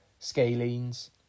scalenes